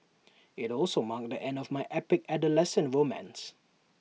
IT also marked the end of my epic adolescent romance